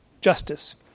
justice